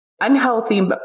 Unhealthy